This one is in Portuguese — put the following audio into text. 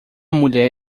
mulher